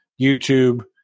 YouTube